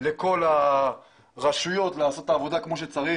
לכל הרשויות לעשות את העבודה כמו שצריך.